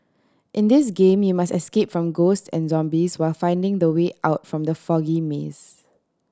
in this game you must escape from ghost and zombies while finding the way out from the foggy maze